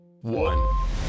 one